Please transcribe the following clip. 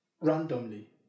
randomly